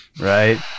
right